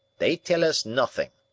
they tell us nothing.